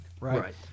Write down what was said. right